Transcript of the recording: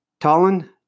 Tallinn